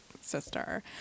sister